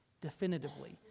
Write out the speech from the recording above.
definitively